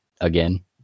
again